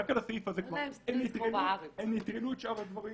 הם נטרלו את שאר הדברים